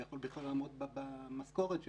ויכול בכלל לעמוד במשכורת שלהם,